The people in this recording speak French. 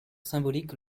symbolique